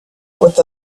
with